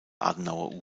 adenauer